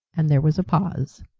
and there was a pause.